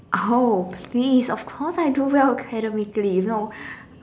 oh please of course I do well academically no